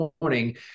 morning